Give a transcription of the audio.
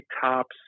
tops